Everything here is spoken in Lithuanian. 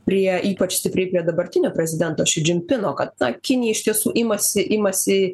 prie ypač stipri prie dabartinio prezidento ši džim pino kad ta kinija iš tiesų imasi imasi